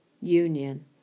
Union